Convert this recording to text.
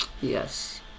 Yes